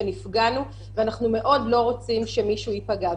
אנחנו נפגענו ואנחנו מאוד לא רוצים שמישהו ייפגע.